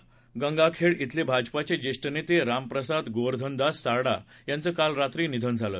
परभणी जिल्हातल्या गंगाखेड खेले भाजपाचे ज्येष्ठ नेते रामप्रसाद गोवर्धनदास सारडा यांचं काल रात्री निधन झालं